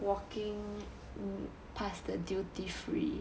walking pass the duty free